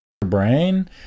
brain